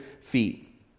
feet